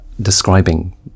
describing